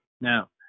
Now